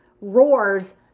roars